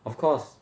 of course